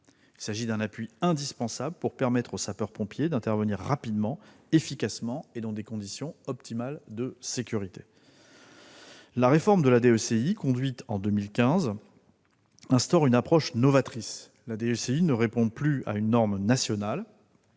Il s'agit d'un appui indispensable pour permettre aux sapeurs-pompiers d'intervenir rapidement, efficacement et dans des conditions optimales de sécurité. La réforme de la DECI, conduite en 2015, instaure une approche novatrice. En effet, la DECI ne répond plus à une norme nationale,